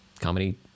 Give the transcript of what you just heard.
comedy